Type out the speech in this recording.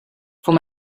voor